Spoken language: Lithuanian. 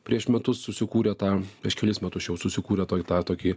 prieš metus susikūrė tą prieš kelis metus jau susikūrė tuoj tą tokį